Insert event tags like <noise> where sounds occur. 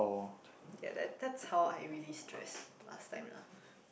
<breath> ye that that's how I really stress last time lah